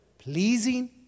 Pleasing